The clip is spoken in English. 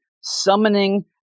summoning